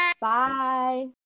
bye